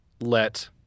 let